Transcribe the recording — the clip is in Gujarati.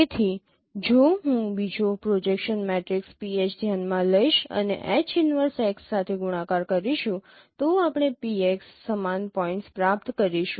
તેથી જો હું બીજો પ્રોજેક્શન મેટ્રિક્સ PH ધ્યાનમાં લઈશ અને H 1X સાથે ગુણાકાર કરીશું તો આપણે PX સમાન પોઇન્ટ્સ પ્રાપ્ત કરીશું